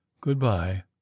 Goodbye